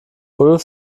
ulf